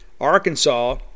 Arkansas